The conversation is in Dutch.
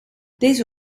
deze